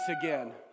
again